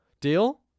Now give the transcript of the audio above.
deal